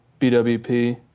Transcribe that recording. BWP